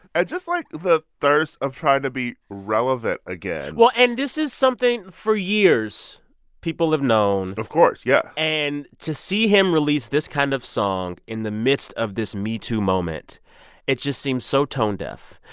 and just, like, the thirst of trying to be relevant again well, and this is something for years people have known of course. yeah and to see him release this kind of song in the midst of this metoo moment it just seems so tone-deaf.